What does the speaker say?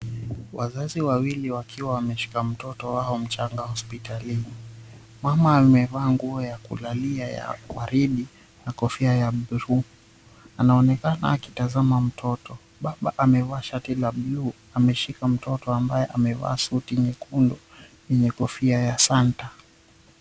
Wazazi wawili wakiwa wameshika mtoto wao mchanga hospitalini. Mama amevaa nguo ya kulalia ya waridi na kofia ya bluu, anaonekana akitazama mtoto. Baba amevaa shati la bluu, ameshika mtoto ambae amevaa suti nyekundu yenye kofia ya Santa.